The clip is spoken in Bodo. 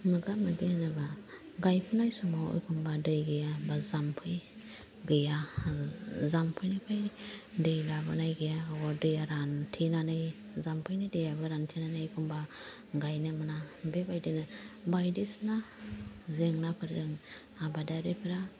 मोगा मोगि होनोब्ला गायफुनाय समाव एखमबा दै गैया एबा जामफै गैया जामफैनिफ्राय दै लाबोनाय गैया दैया रानथेनानै जामफैनि दैयाबो रानथेनानै एखमबा गायनो मोना बेबायदिनो बायदिसिना जेंनाफोरजों आबादारिफोरा